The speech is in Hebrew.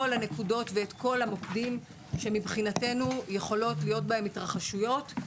המוקדים שמבחינתנו יכולות להיות בהם התרחשויות,